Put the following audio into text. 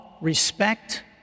respect